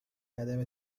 عدم